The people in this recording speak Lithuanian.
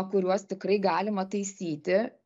kuriuos tikrai galima taisyti